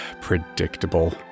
Predictable